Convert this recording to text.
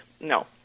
no